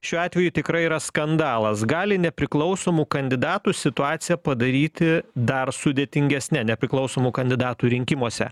šiuo atveju tikrai yra skandalas gali nepriklausomų kandidatų situaciją padaryti dar sudėtingesne nepriklausomų kandidatų rinkimuose